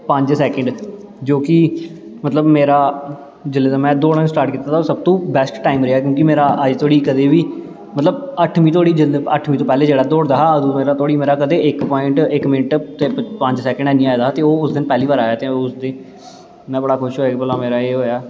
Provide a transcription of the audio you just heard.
पंज सैंकट जो कि जो कि मेरा मतलब जिसले दा में दोड़ना स्टार्ट कीते दा सबतो बैस्ट टाईम रेहा क्यों मेरा अज्ज तोड़ी अट्ठमीं तो पैह्लें जदूं जेहड़ा में दौड़दा हा अदूं कदैं मेरा इक पवाईंट इक मिन्ट निं आए दा हा ते ओह् उस दिन पैह्ली बार आया ते में बड़ा खुश होआ कि मेरा एह् होआ